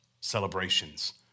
celebrations